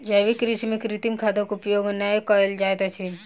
जैविक कृषि में कृत्रिम खादक उपयोग नै कयल जाइत अछि